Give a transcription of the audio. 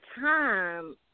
time